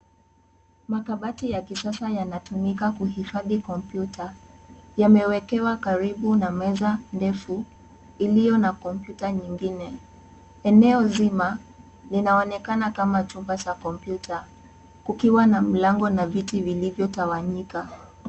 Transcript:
Makabati ya kisasa yanatumika kuhifadhi kompyuta, yamewekewa karibu na meza ndefu iliyo na kompyuta nyingine, eneo nzima inaonekana kama chumba cha kompyuta kukiwa na mlango na viti vilivyotawanyika.